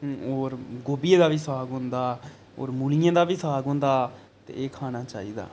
होर गोभिये दा बी साग होंदा होर मूलियें दा बी साग होंदा ते एह् खाना चाहिदा